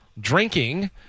Drinking